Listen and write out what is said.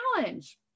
challenge